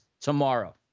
tomorrow